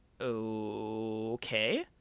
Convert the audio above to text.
Okay